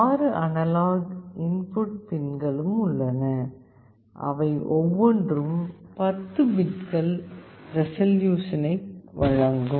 6 analog input பின்களும் உள்ளன அவை ஒவ்வொன்றும் 10 பிட்கள் ரெசல்யூசனை வழங்கும்